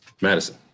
Madison